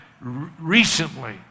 recently